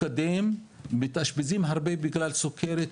מתאשפזים הרבה בגלל הסוכרת,